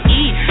eat